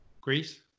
Greece